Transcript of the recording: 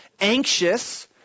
anxious